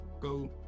go